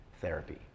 therapy